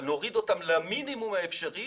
אבל נוריד אותן למינימום האפשרי